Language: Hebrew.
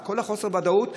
את כל חוסר הוודאות,